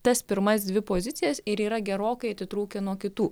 tas pirmas dvi pozicijas ir yra gerokai atitrūkę nuo kitų